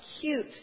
cute